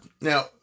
Now